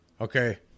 Okay